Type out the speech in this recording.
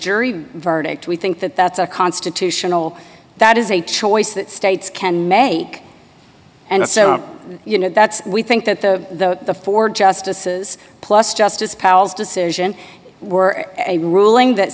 jury verdict we think that that's a constitutional that is a choice that states can make and so you know that's we think that the four justices plus justice paul's decision were a ruling that